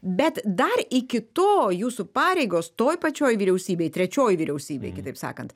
bet dar iki to jūsų pareigos toj pačioj vyriausybėj trečioj vyriausybėj kitaip sakant